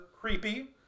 creepy